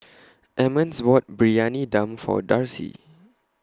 Emmons bought Briyani Dum For Darci